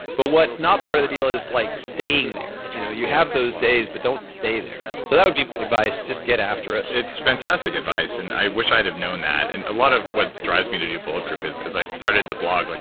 but what's not part of the deal is like staying there. you know you have those days but don't stay there. so that would be my advice, just get after it it's fantastic advice. and i wish i'd have known that. and a lot of what drives me to do bulletproof is as i started the blog, like